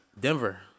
Denver